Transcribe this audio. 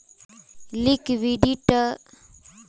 लिक्विडिटीक चल निधिर नाम से भी जाना जा छे